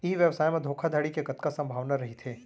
ई व्यवसाय म धोका धड़ी के कतका संभावना रहिथे?